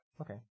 Okay